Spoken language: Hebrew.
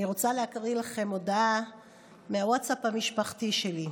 אני רוצה להקריא לכם הודעה מהווטסאפ המשפחתי שלי: